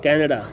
Canada